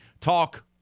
Talk